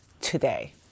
today